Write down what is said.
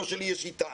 כמו שלי יש איתם.